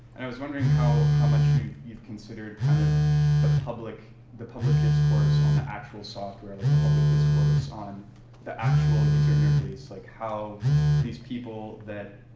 and i was wondering how how much you've you've considered kind of the public, the public discourse on the actual software, like the public discourse on the actual user interface. like how these people that,